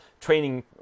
training